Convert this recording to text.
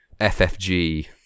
FFG